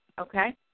Okay